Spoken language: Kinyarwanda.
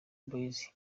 boys